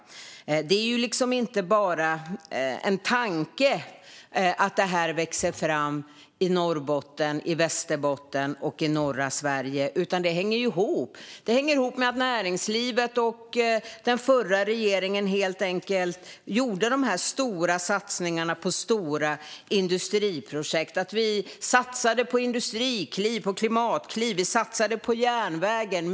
Det är inte bara genom en tanke som det här växer fram i norra Sverige i Norrbotten och i Västerbotten, utan allt hänger ihop. Det hänger ihop med att näringslivet och den förra regeringen gjorde satsningar på stora industriprojekt. Vi satsade på industrikliv och klimatkliv. Vi satsade på järnvägen.